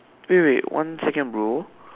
wait wait one second bro